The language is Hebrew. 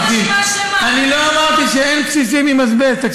אני לא אמרתי שאין בסיסים עם אזבסט,